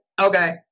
okay